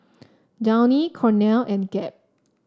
Downy Cornell and Gap